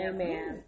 Amen